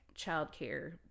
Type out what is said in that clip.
childcare